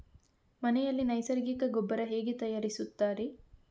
ಮನೆಯಲ್ಲಿ ನೈಸರ್ಗಿಕ ಗೊಬ್ಬರ ಹೇಗೆ ತಯಾರಿಸುತ್ತಾರೆ?